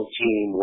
team